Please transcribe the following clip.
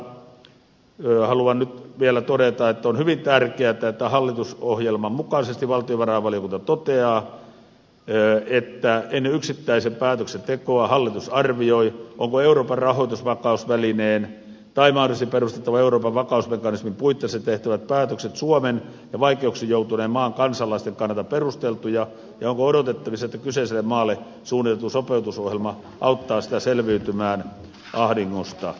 päätöksenteon osalta haluan nyt vielä todeta että on hyvin tärkeätä että hallitusohjelman mukaisesti valtionvarainvaliokunta toteaa että ennen yksittäisen päätöksen tekoa hallitus arvioi onko euroopan rahoitusvakausvälineen tai mahdollisesti perustettavan euroopan vakausmekanismin puitteissa tehtävät päätökset suomen ja vaikeuksiin joutuneen maan kansalaisten kannalta perusteltuja ja onko odotettavissa että kyseiselle maalle suunniteltu sopeutusohjelma auttaa sitä selviytymään ahdingosta